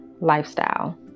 lifestyle